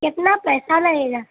کتنا پیسہ لگے گا